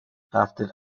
after